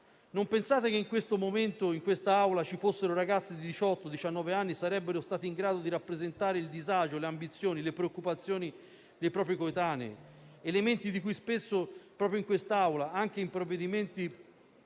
Non pensate che in questo momento, se in Aula ci fossero ragazzi di diciotto o diciannove anni, sarebbero stati in grado di rappresentare il disagio, le ambizioni e le preoccupazioni dei propri coetanei? Elementi di cui spesso, proprio in questa Aula, anche in provvedimenti